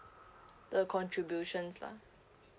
the contributions lah